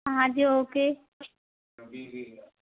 हाँ जी ओके